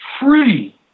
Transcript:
free